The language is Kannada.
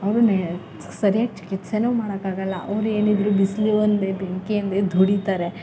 ಅವ್ರನ್ನೇ ಸರಿಯಾಗಿ ಚಿಕಿತ್ಸೆಯೂ ಮಾಡೋಕ್ಕಾಗೋಲ್ಲ ಅವರೇನಿದ್ರು ಬಿಸಿಲು ಅಂದೇ ಬೆಂಕಿ ಅಂದೇ ದುಡಿತಾರೆ